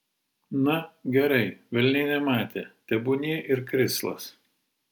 na gerai velniai nematė tebūnie ir krislas